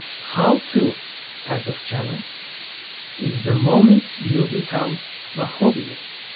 how to type of channel is the moment you become a hobbyist,